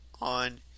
on